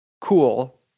cool